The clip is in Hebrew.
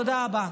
תודה רבה.